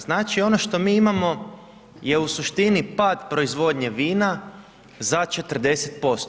Znači ono što mi imamo je u suštini pad proizvodnje vina za 40%